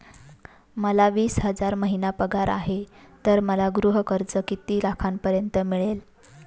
मला वीस हजार महिना पगार आहे तर मला गृह कर्ज किती लाखांपर्यंत मिळेल?